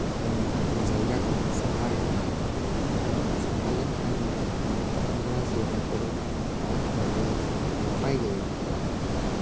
ᱡᱟᱭᱜᱟ ᱠᱚᱦᱚᱸ ᱥᱟᱯᱷᱟ ᱜᱮ ᱛᱟᱦᱮᱱᱟ ᱟᱨ ᱚᱱᱟ ᱥᱟᱯᱷᱟ ᱞᱮᱱᱠᱷᱟᱱ ᱫᱚ ᱚᱸᱰᱮ ᱛᱟᱦᱮᱸ ᱵᱟᱲᱟᱭ ᱥᱮ ᱚᱱᱟ ᱠᱚᱨᱮ ᱫᱟᱬᱟᱱ ᱦᱚᱸ ᱟᱹᱰᱤ ᱱᱟᱯᱟᱭᱜᱮ ᱟᱹᱭᱠᱟᱹᱜᱼᱟ